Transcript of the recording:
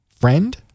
Friend